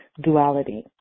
duality